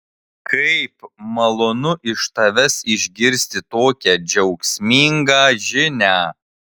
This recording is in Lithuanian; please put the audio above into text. kaip malonu iš tavęs išgirsti tokią džiaugsmingą žinią